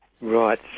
Right